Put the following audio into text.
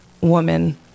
woman